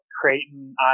Creighton